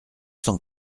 cent